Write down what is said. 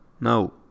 No